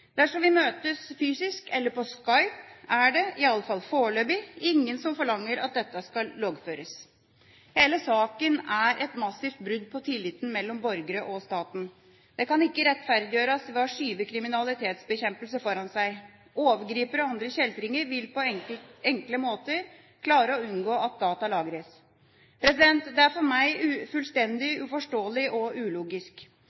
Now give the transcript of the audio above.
Dersom vi møtes fysisk eller på Skype, er det, i alle fall foreløpig, ingen som forlanger at dette skal loggføres. Hele saken er et massivt brudd på tilliten mellom borgere og staten. Det kan ikke rettferdiggjøres ved å skyve kriminalitetsbekjempelse foran seg. Overgripere og andre kjeltringer vil på enkle måter klare å unngå at data lagres. Det er for meg